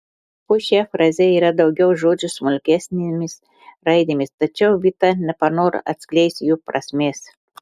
po šia fraze yra daugiau žodžių smulkesnėmis raidėmis tačiau vita nepanoro atskleisti jų prasmės